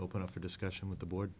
open for discussion with the board